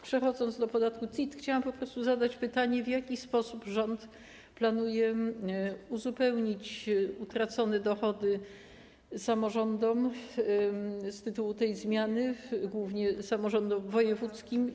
Przechodząc do podatku CIT, chciałam po prostu zadać pytanie: W jaki sposób rząd planuje uzupełnienie samorządom dochodów utraconych z tytułu tej zmiany, głównie samorządom wojewódzkim?